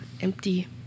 empty